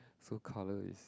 so colour is